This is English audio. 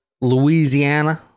Louisiana